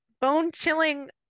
bone-chilling